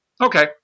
Okay